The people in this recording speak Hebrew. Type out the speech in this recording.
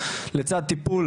לצד טיפול